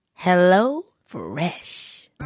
HelloFresh